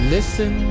Listen